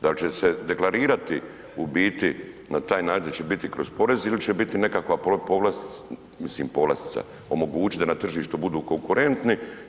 Da li će se deklarirati u biti na taj način, da će biti kroz porez ili će biti nekakva povlastica, mislim povlastica, omogućit da na tržištu budu konkurenti.